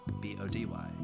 b-o-d-y